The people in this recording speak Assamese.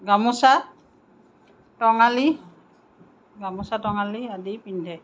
গামোচা টঙালি গামোচা টঙালি আদি পিন্ধে